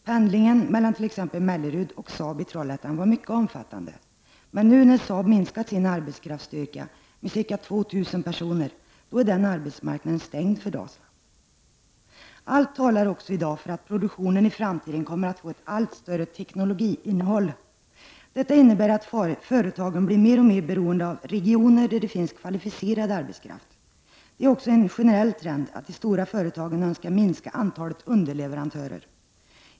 Pendlingen mellan t.ex. Mellerud och SAAB i Troll hättan var mycket omfattande men nu, när SAAB minskat sin arbetskraftsstyrka med ca 2 000 personer, är denna arbetsmarknad stängd för Dalsland. Allt talar i dag också för att produktionen i framtiden kommer att få ett allt större teknologiinnehåll. Detta innebär att företagen blir mer och mer beroende av regioner där det finns kvalificerad arbetskraft. Det är också en generell trend att de stora företagen önskar minska antalet underleverantörer.